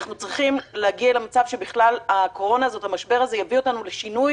אנחנו צריכים להגיע למצב שהמשבר הזה של הקורונה יביא אותנו לשינוי